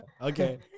okay